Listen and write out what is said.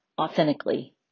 authentically